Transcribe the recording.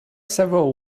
several